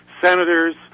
senators